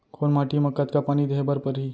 कोन माटी म कतका पानी देहे बर परहि?